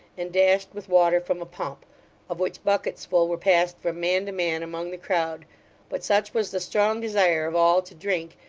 and dashed with water from a pump of which buckets full were passed from man to man among the crowd but such was the strong desire of all to drink,